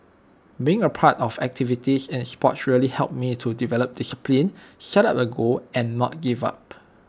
being A part of activities in Sport really helped me to develop discipline set up A goal and not give up